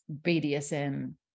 BDSM